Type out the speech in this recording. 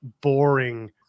boring